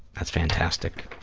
that's fantastic.